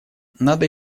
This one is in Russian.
надо